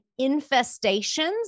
infestations